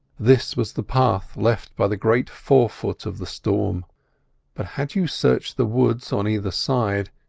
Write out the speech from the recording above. this was the path left by the great fore-foot of the storm but had you searched the woods on either side,